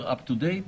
יותר עדכני.